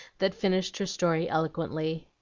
that finished her story eloquently.